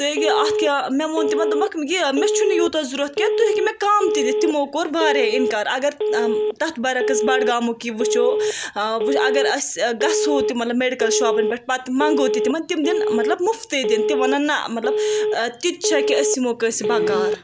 یہِ اَتھ کیاہ مےٚ وۄنۍ تِمَن دوٚپمَکھ یہِ مےٚ چھُ نہٕ یوٗتاہ ضوٚرَتھ کیٚنٛہہ تُہۍ ہیٚکو مےٚ کَم تہِ دِتھ تِمو کوٚر واریاہ اِنکار اَگر تَتھ بَرعکٕس اَگر بڈگامُک یہِ وٕچھو اگر أسۍ گَژھو تہِ مطلب میڈِکَل شاپن پٮ۪ٹھ پَتہٕ مَنگو تہِ تِمن تِم دِنۍ مطلب مُفتٕے دِنۍ تِم وَنن نا مطلب تِتہِ چھا کہِ أسۍ یِمو کٲنسہِ بکار